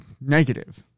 negative